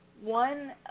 One